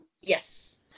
Yes